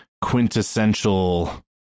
quintessential